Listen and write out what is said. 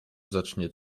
zacznie